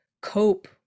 cope